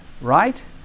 right